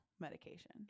medication